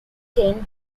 gained